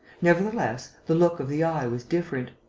nevertheless, the look of the eye was different,